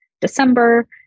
December